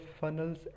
funnels